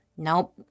Nope